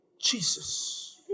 Jesus